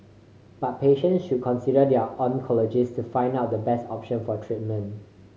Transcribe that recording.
but patients should consider their oncologist to find out the best option for treatment